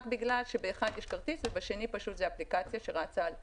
בגלל שבאחד יש כרטיס ובשני זה אפליקציה שרצה על הרשת.